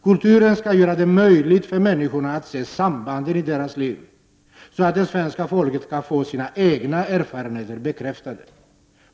Kulturen skall göra det möjligt för människorna att se sambanden i deras liv, så att det svenska folket kan få sina egna erfarenheter bekräftade.